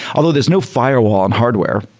although there's no firewall in hardware,